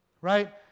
Right